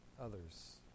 others